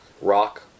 rock